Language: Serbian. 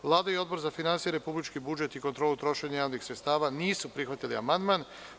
Vlada i Odbor za finansije, republički budžet i kontrolu trošenja javnih sredstava nisu prihvatili amandman.